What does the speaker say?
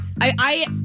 I-